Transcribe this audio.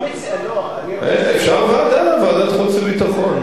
אפשר ועדה, ועדת החוץ והביטחון.